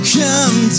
come